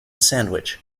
sandwich